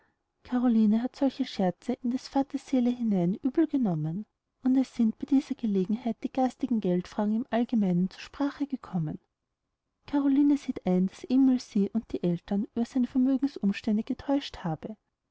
caroline hat solche scherze in des vaters seele hinein übel genommen und es sind bei dieser gelegenheit die garstigen geldfragen im allgemeinen zur sprache gekommen caroline sieht ein daß emil sie und die eltern über seine vermögensumstände getäuscht habe